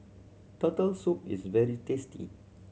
Turtle Soup is very tasty